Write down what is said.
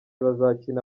bazakina